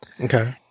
Okay